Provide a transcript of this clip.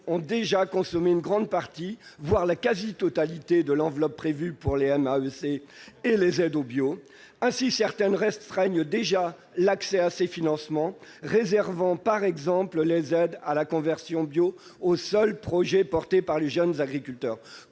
ont déjà consommé une grande partie, voire la quasi-totalité de l'enveloppe prévue pour les mesures agroenvironnementales et climatiques (MAEC) et les aides au bio. Ainsi, certaines restreignent déjà l'accès à ces financements, réservant par exemple les aides à la conversion en bio aux seuls projets portés par les jeunes agriculteurs.